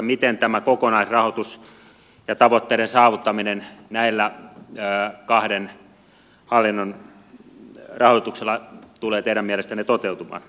miten tämä kokonaisrahoitus ja tavoitteiden saavuttaminen näiden kahden hallinnon rahoituksella tulee teidän mielestänne toteutumaan